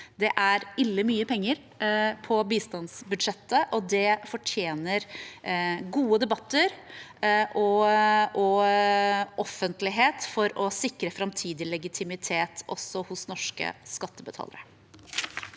Det er «ille mye penger» på bistandsbudsjettet, og det fortjener gode debatter og offentlighet for å sikre framtidig legitimitet hos norske skattebetalere.